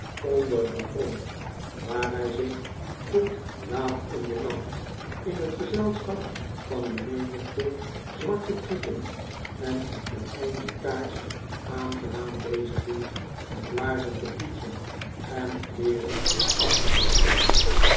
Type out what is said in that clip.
onder den grond waar hij zich tot laat in den nacht in het gezelschap van een menigte zwarte krieken en een eindje kaars aangenaam bezighield met laarzen te poetsen en kleeren af te borstelen